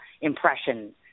impression